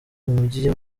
mujyi